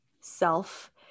self